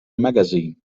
magazine